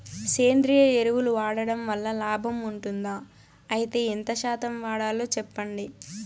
సేంద్రియ ఎరువులు వాడడం వల్ల లాభం ఉంటుందా? అయితే ఎంత శాతం వాడాలో చెప్పండి?